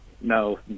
No